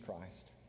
Christ